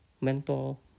mental